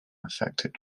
affected